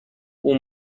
اون